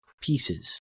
pieces